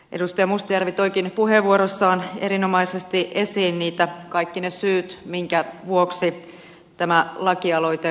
edustaja mustajärvi toikin puheenvuorossaan erinomaisesti esiin kaikki ne syyt minkä vuoksi tämä lakialoite tarvitaan